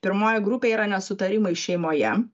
pirmoji grupė yra nesutarimai šeimoje